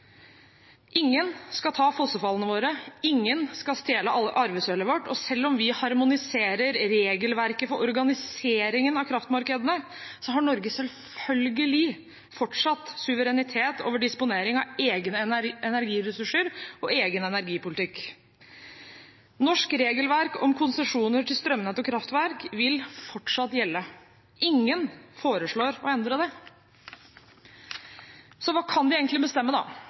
Ingen skal ta fossefallene våre, ingen skal stjele arvesølvet vårt, og selv om vi harmoniserer regelverket for organiseringen av kraftmarkedene, har Norge selvfølgelig fortsatt suverenitet over disponering av egne energiressurser og egen energipolitikk. Norsk regelverk om konsesjoner til strømnett og kraftverk vil fortsatt gjelde. Ingen foreslår å endre det. Så hva kan de egentlig bestemme, da?